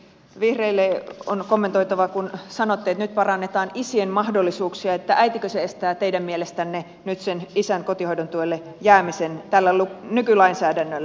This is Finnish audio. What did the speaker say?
vihreille on kommentoitava kun sanotte että nyt parannetaan isien mahdollisuuksia että äitikö se estää teidän mielestänne nyt sen isän kotihoidon tuelle jäämisen tällä nykylainsäädännöllä